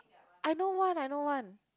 I don't want I don't want